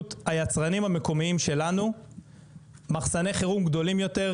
היצרנים המקומיים שלנו מחסני חירום גדולים יותר,